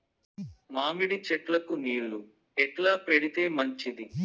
మామిడి చెట్లకు నీళ్లు ఎట్లా పెడితే మంచిది?